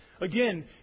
Again